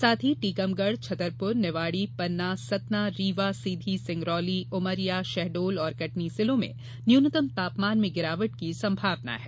साथ ही टीकमगढ़ छतरपुर निवाड़ी पन्ना सतना रीवा सीधी सिंगरौली उमरिया शहडोल और कटनी जिलों में न्यूनतम तापमान में गिरावट की संभावना है